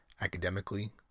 Academically